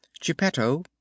Geppetto